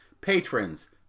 patrons